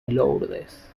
lourdes